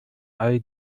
all